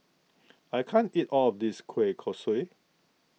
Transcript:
I can't eat all of this Kueh Kosui